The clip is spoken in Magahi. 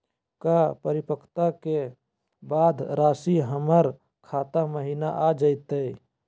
का परिपक्वता के बाद रासी हमर खाता महिना आ जइतई?